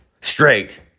straight